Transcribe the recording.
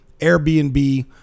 Airbnb